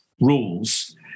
rules